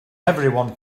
everyone